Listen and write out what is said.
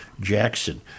Jackson